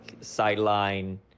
sideline